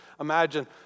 Imagine